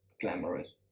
glamorous